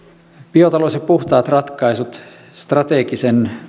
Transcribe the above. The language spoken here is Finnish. biotalous ja puhtaat ratkaisut strategisen